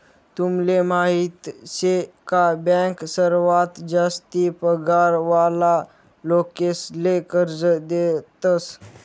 तुमले माहीत शे का बँक सर्वात जास्ती पगार वाला लोकेसले कर्ज देतस